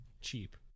Cheap